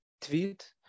tweet